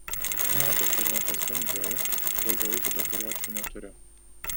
chna tatuiruotes bandžiau ilgalaikių tatuiruočių neturiu